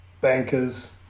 bankers